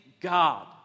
God